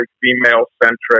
female-centric